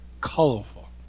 colorful